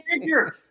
picture